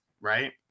Right